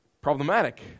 Problematic